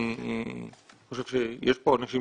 אני חושב שיש כאן אנשים